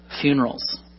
funerals